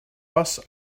bus